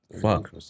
Fuck